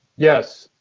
yes.